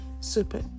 super